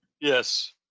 Yes